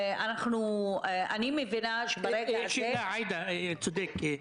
אני מבינה שברגע הזה --- הוא צודק.